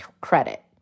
credit